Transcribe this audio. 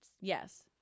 yes